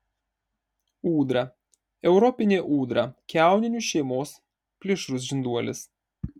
ūdra europinė ūdra kiauninių šeimos plėšrus žinduolis